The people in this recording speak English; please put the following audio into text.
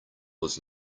was